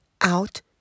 out